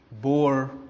bore